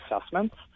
assessments